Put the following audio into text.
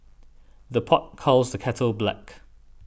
the pot calls the kettle black